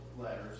letters